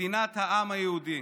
מדינת העם היהודי.